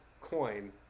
coin